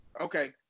Okay